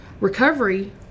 recovery